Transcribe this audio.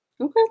okay